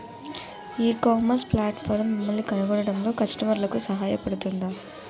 ఈ ecommerce platform మిమ్మల్ని కనుగొనడంలో కస్టమర్లకు సహాయపడుతుందా?